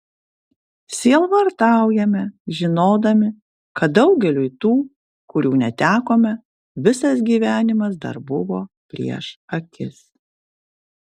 sielvartaujame žinodami kad daugeliui tų kurių netekome visas gyvenimas dar buvo prieš akis